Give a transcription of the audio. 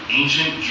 ancient